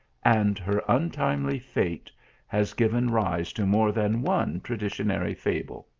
and her untimely fate has given rise to more than one traditionary fable.